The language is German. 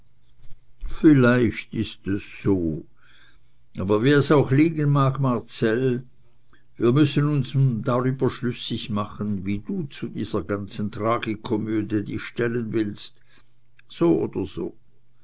vielleicht ist es so aber wie es auch liegen mag marcell wir müssen uns nun darüber schlüssig machen wie du zu dieser ganzen tragikomödie dich stellen willst so oder so